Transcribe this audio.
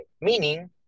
meaning